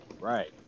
Right